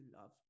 love